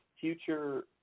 future